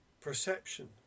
perception